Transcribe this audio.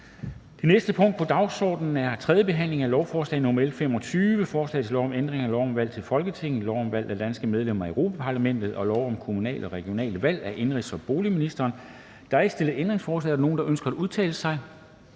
Det næste punkt på dagsordenen er: 7) 3. behandling af lovforslag nr. L 25: Forslag til lov om ændring af lov om valg til Folketinget, lov om valg af danske medlemmer til Europa-Parlamentet og lov om kommunale og regionale valg. (Forbud mod betaling for vælgererklæringer og stillerunderskrifter samt